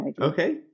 okay